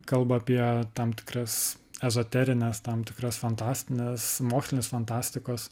kalba apie tam tikras ezoterines tam tikras fantastines mokslinės fantastikos